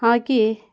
ಹಾಕಿ